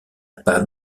pas